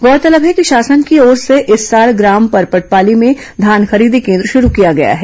गौरतलब है कि शासन की ओर से इस साल ग्राम परपटपाली में धान खरीदी केन्द्र शुरू किया गया है